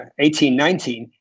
1819